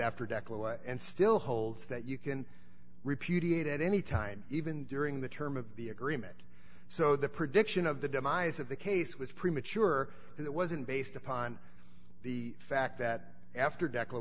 after dec low and still holds that you can repudiate at any time even during the term of the agreement so the prediction of the demise of the case was premature it wasn't based upon the fact that after deke